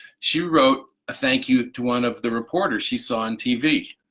she wrote a thank-you to one of the reporters she saw on tv,